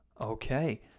Okay